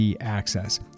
access